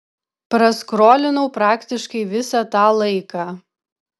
praskrolinau praktiškai visą tą laiką